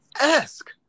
ask